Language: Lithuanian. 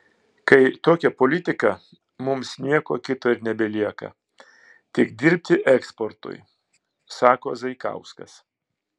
kai tokia politika mums nieko kito ir nebelieka tik dirbti eksportui sako zaikauskas